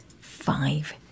five